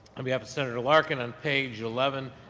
on behalf of senator larkin, and page eleven,